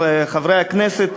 חברי הכנסת,